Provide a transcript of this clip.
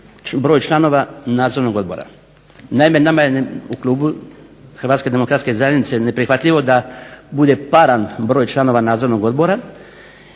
broj članova Nadzornog odbora. Naime, nama je u klubu HDZ-a neprihvatljivo da bude paran broj članova Nadzornog odbora